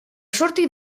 sortir